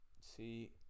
See